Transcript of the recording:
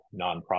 nonprofit